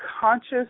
conscious